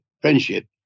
friendship